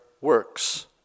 works